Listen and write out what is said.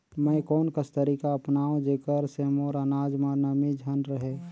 मैं कोन कस तरीका अपनाओं जेकर से मोर अनाज म नमी झन रहे?